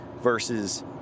versus